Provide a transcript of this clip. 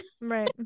Right